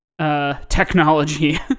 technology